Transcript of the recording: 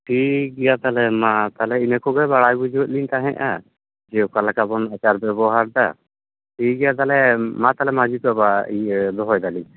ᱴᱷᱤᱠ ᱜᱮᱭᱟ ᱛᱟᱦᱚᱞᱮ ᱢᱟ ᱛᱟᱦᱚᱞᱮ ᱤᱱᱟᱹ ᱠᱚᱜᱮ ᱵᱟᱲᱟᱭ ᱵᱩᱡᱷᱟᱹᱣ ᱮᱫ ᱞᱤᱧ ᱛᱟᱦᱮᱜᱼᱟ ᱡᱮ ᱚᱠᱟ ᱞᱮᱠᱟ ᱵᱚᱱ ᱟᱪᱟᱨ ᱵᱮᱵᱚᱦᱟᱨ ᱮᱫᱟ ᱴᱷᱤᱠ ᱜᱮᱭᱟ ᱛᱚᱞᱮ ᱢᱟ ᱛᱟᱦᱚᱞᱮ ᱢᱟᱹᱡᱷᱤ ᱵᱟᱵᱟ ᱤᱭᱟᱹ ᱫᱚᱦᱚᱭᱮᱫᱟᱞᱤᱧ